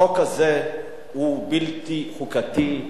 החוק הזה הוא בלתי חוקתי,